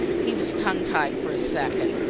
he was tongue-tied for a second.